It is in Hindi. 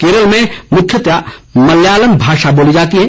केरल में मुख्यतः मलयालम भाषा बोली जाती है